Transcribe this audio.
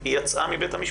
היא יצאה מבית המשפט.